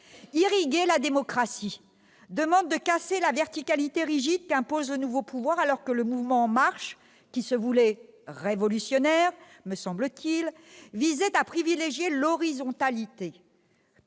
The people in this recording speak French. Irriguer la démocratie demande de casser la verticalité rigide qu'impose le nouveau pouvoir alors que le mouvement En Marche, qui se voulait révolutionnaire, me semble-t-il, visait à privilégier l'horizontalité.